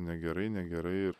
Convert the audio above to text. negerai negerai ir